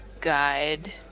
guide